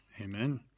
Amen